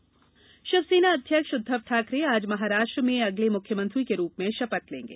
महाराष्ट्र शपथ शिवसेना अध्यक्ष उद्धव ठाकरे आज महाराष्ट्र में अगले मुख्यमंत्री के रूप में शपथ लेंगे